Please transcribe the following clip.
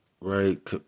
right